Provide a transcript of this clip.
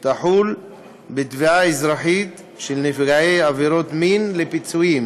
תחול בתביעות אזרחיות של נפגעי עבירות מין לפיצויים